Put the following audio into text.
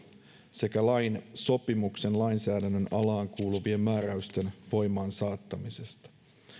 sekä lain sopimuksen lainsäädännön alaan kuuluvien määräysten voimaansaattamisesta